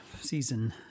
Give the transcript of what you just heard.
Season